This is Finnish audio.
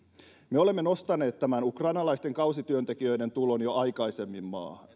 me olemme nostaneet tämän ukrainalaisten kausityöntekijöiden tulon jo aikaisemmin esiin